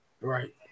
Right